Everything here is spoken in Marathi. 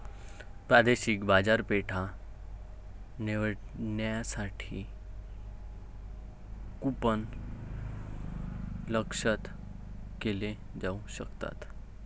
प्रादेशिक बाजारपेठा निवडण्यासाठी कूपन लक्ष्यित केले जाऊ शकतात